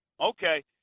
okay